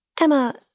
Emma